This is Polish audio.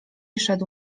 szedł